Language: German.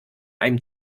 einem